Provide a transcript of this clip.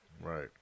Right